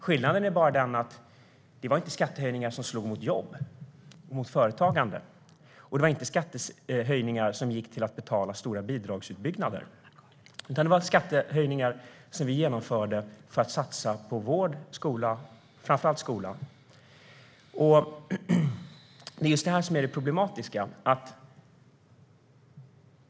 Skillnaden är att det inte var skattehöjningar som slog mot jobb och mot företagande, och det var inte skattehöjningar som gick till att betala stora bidragsutbyggnader, utan det var skattehöjningar för att satsa på vård och framför allt skola. Det är just det här som är det problematiska.